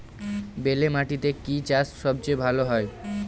বেলে মাটিতে কি চাষ সবচেয়ে ভালো হয়?